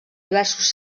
diversos